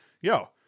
yo